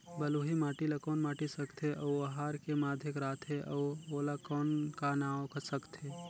बलुही माटी ला कौन माटी सकथे अउ ओहार के माधेक राथे अउ ओला कौन का नाव सकथे?